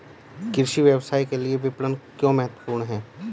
कृषि व्यवसाय के लिए विपणन क्यों महत्वपूर्ण है?